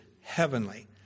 heavenly